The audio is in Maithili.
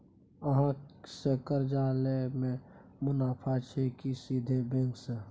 अहाँ से कर्जा लय में मुनाफा छै की सीधे बैंक से?